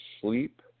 sleep